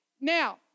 now